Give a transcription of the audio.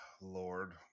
Lord